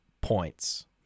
points